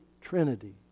trinity